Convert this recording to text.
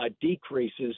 decreases